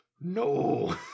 No